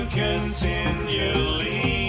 continually